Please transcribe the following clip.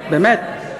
באמת,